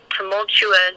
tumultuous